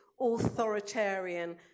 authoritarian